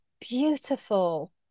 beautiful